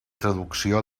traducció